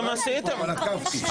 --- אבל עקבתי.